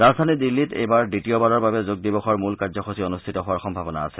ৰাজধানী দিল্লীত এইবাৰ দ্বিতীয়বাৰৰ বাবে যোগ দিৱসৰ মূল কাৰ্য্যসূচী অনুষ্ঠিত হোৱাৰ সম্ভাৱনা আছে